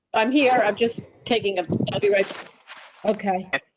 i'm here. i'm just taking a okay,